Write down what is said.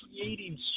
creating